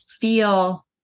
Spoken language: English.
feel